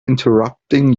interrupting